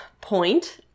point